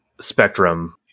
spectrum